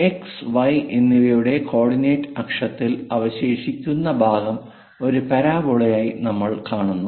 X y എന്നിവയുടെ coordinate അക്ഷത്തിൽ അവശേഷിക്കുന്ന ഭാഗം ഒരു പരാബോളയായി നമ്മൾ കാണുന്നു